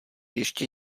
ještě